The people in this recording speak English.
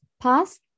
past